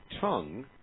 tongue